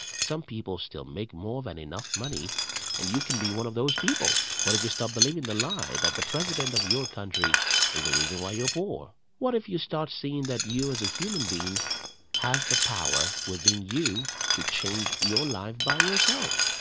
some people still make more than enough money and you can be one of those people? what if you stop believing the lie that the president of your country is the reason why you're poor? what if you start seeing that you as a human being have the power within you to change your life by yourself?